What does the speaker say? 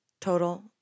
total